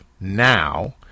now